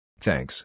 Thanks